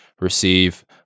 receive